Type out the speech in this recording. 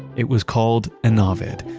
it was called and enovid.